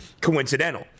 coincidental